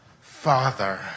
Father